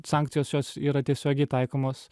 sankcijos jos yra tiesiogiai taikomos